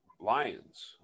Lions